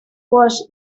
was